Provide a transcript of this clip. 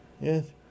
Yes